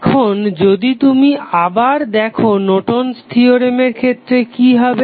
এখন যদি তুমি আবার দেখো নর্টন'স থিওরেমের Nortons Theorem ক্ষেত্রে কি হবে